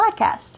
Podcast